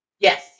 yes